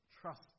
trust